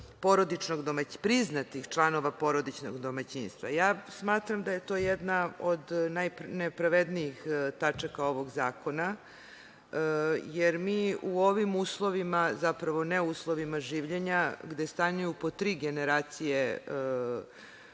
priznatih članova porodičnog domaćinstva. Smatram da je to jedna od najnepravednijih tačaka ovog zakona, jer mi u ovim uslovima, zapravo ne uslovima življenja, gde stanuju po tri generacije u jednoj